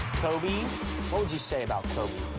coby? what would you say about coby?